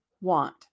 want